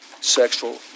sexual